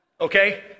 Okay